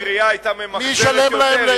אם העירייה היתה ממחזרת יותר,